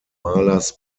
malers